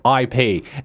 IP